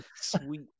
Sweet